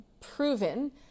proven